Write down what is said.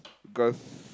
cause